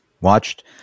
watched